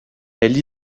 elle